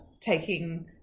taking